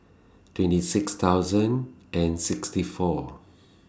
twenty six thousand and sixty four